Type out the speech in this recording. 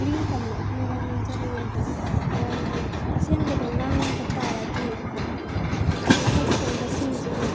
ꯅꯤꯡꯇꯝꯅ ꯑꯩꯈꯣꯏꯅ ꯋꯥ ꯉꯥꯡꯖꯕ ꯉꯝꯗꯦ ꯃꯔꯝꯗꯤ ꯑꯁꯦꯡꯕꯗꯣ ꯉꯥꯡꯕ ꯇꯥꯔꯗꯤ ꯃꯊꯛ ꯊꯣꯡꯕꯁꯤꯡꯁꯤꯅ